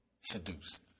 seduced